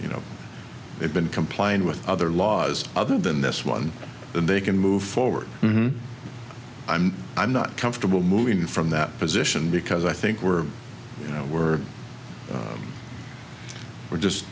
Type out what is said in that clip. you know they've been complying with other laws other than this one then they can move forward i'm i'm not comfortable moving from that position because i think we're you know we're we're just